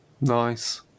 Nice